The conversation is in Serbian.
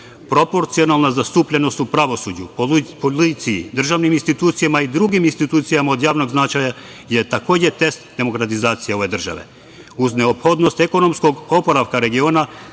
Proporcionalna zastupljenost u pravosuđu, policiji, državnim institucijama i drugim institucijama od javnog značaja je takođe test demokratizacije ove države. Uz neophodnost ekonomskog oporavka regiona,